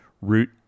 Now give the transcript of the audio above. root